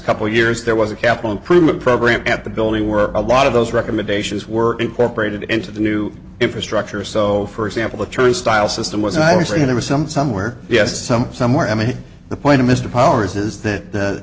couple of years there was a capital improvement program at the building were a lot of those recommendations were incorporated into the new infrastructure so for example the turnstiles system was i would say there are some somewhere yes some somewhere i mean the point of mr powers is that